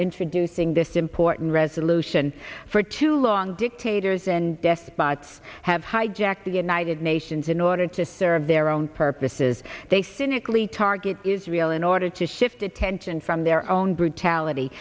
introducing this important resolution for too long dictators and despots have hijacked the united nations in order to serve their own purposes they cynically target israel in order to shift attention from their own brutality